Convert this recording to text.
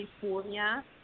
California